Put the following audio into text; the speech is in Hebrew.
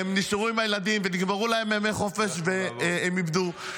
הם נשארו עם הילדים ונגמרו להם ימי חופש והם איבדו,